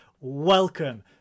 welcome